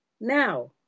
Now